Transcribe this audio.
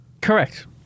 Correct